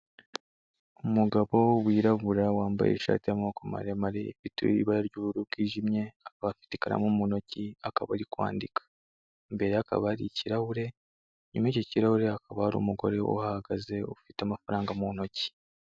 Umugabo wirabura wambaye ishati y'amako maremare, ifite ibara ry'ubururu bwijimye, akaba afite ikaramu mu ntoki, akaba ari kwandika, imbere ye hakaba hari ikirahure, inyuma y'icyo kirahure hakaba hari umugore uhahagaze ufite amafaranga mu ntoki.